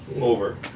Over